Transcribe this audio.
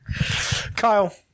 Kyle